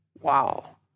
Wow